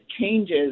changes